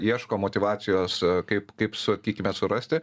ieško motyvacijos kaip kaip sakykime surasti